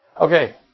Okay